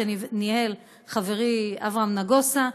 שניהל חברי אברהם נגוסה,